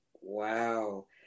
Wow